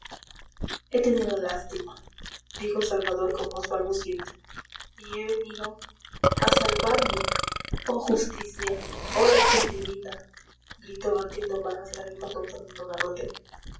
he tenido lástima dijo salvador con voz balbuciente y he venido a salvarme oh justicia oh lección divina gritó vertiendo amargas lágrimas don fernando garrote